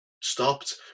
stopped